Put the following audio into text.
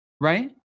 right